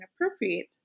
inappropriate